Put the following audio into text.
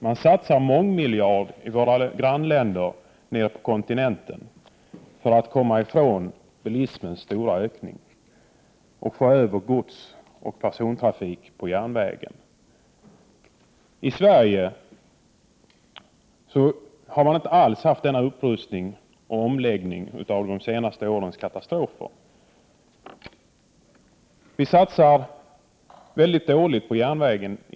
I våra grannländer och nere på kontinenten satsar man mångmiljardbelopp för att komma ifrån den stora ökningen av bilismen och för att få över gods och persontrafik på järnväg. Det har i Sverige inte alls varit samma upprustning och omläggning med anledning av de senaste årens katastrofer. I dagens kommunikationspolitik satsas det dåligt på järnvägen.